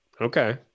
Okay